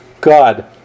God